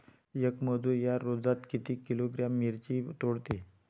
येक मजूर या रोजात किती किलोग्रॅम मिरची तोडते?